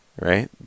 right